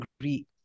agree